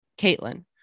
Caitlin